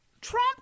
Trump